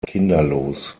kinderlos